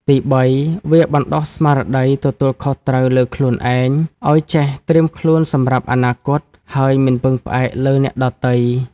ទីបី វាបណ្តុះស្មារតីទទួលខុសត្រូវលើខ្លួនឯង ឲ្យចេះត្រៀមខ្លួនសម្រាប់អនាគត ហើយមិនពឹងផ្អែកលើអ្នកដទៃ។